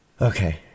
okay